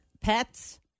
pets